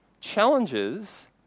Challenges